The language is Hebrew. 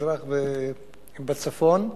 במזרח ובצפון.